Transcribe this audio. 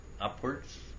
upwards